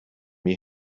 mir